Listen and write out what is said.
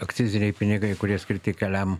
akciziniai pinigai kurie skirti keliam